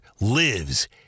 lives